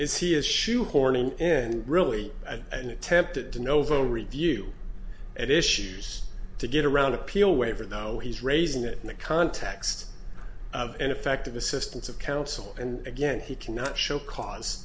is he is shoehorning and really an attempted to novo review and issues to get around appeal waiver though he's raising it in the context of ineffective assistance of counsel and again he cannot show cause